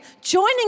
joining